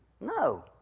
No